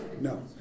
No